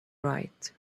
right